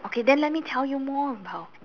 okay then let me tell you more about